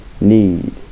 need